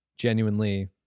genuinely